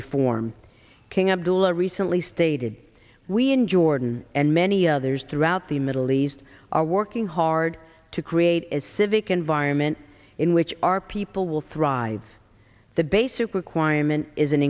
abdullah recently stated we in jordan and many others throughout the middle east are working hard to create a civic environment in which our people will thrive the basic requirement is